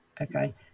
Okay